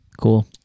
Cool